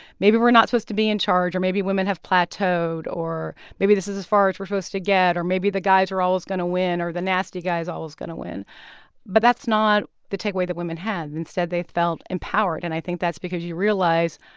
maybe we're not supposed to be in charge. or maybe women have plateaued. or maybe this is as far as we're supposed to get. or maybe the guys are always going to win, or the nasty guy is always going to win but that's not the takeaway that women had. instead, they felt empowered. and i think that's because you realize,